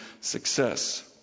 success